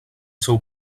seu